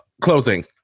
closing